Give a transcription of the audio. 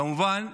כמובן,